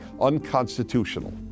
unconstitutional